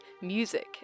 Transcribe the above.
music